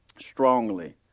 Strongly